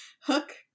Hook